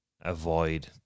avoid